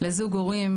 לזוג הורים.